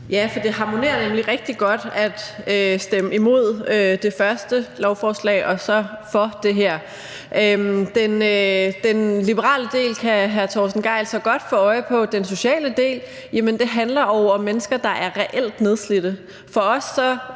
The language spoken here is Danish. Ja, for det harmonerer nemlig rigtig godt at stemme imod det første lovforslag og for det her. Den liberale del kan hr. Torsten Gejl så godt få øje på. Den sociale del handler om mennesker, der er reelt nedslidte. Vi mener